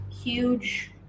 huge